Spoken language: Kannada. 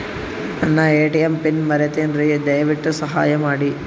ನನ್ನ ಎ.ಟಿ.ಎಂ ಪಿನ್ ಮರೆತೇನ್ರೀ, ದಯವಿಟ್ಟು ಸಹಾಯ ಮಾಡ್ರಿ